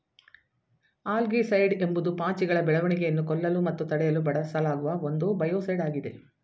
algaecide ಎಂಬುದು ಪಾಚಿಗಳ ಬೆಳವಣಿಗೆಯನ್ನು ಕೊಲ್ಲಲು ಮತ್ತು ತಡೆಯಲು ಬಳಸಲಾಗುವ ಒಂದು ಬಯೋಸೈಡ್ ಆಗಿದೆ